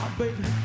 baby